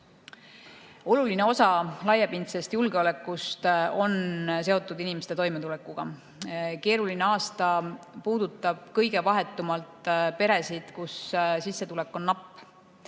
Oluline osa laiapindsest julgeolekust on seotud inimeste toimetulekuga. Keeruline aasta puudutab kõige vahetumalt peresid, kus sissetulek on napp.